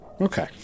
Okay